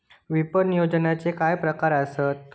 विपणन नियोजनाचे प्रकार काय आसत?